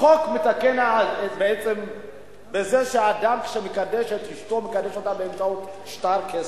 החוק מתקן בעצם בזה שהאדם שמקדש את אשתו מקדש אותה באמצעות שטר כסף,